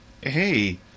hey